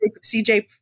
CJ